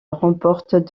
remporte